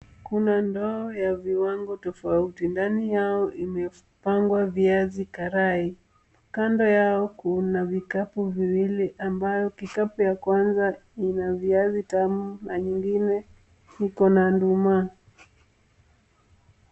Kuna ndoo ya viwango tofauti, ndani yao imepangwa viazi karai, kando yao kuna vikapu viwili ambayo kikapu ya kwanza ina viazi tamu na nyingine iko na nduma.